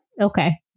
Okay